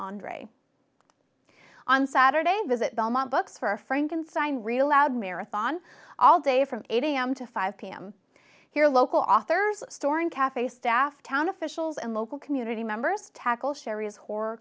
andre on saturday visit belmont books for a frankenstein real loud marathon all day from eight am to five pm here local authors storing cafe staff town officials and local community members tackle sherry's who